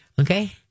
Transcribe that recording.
Okay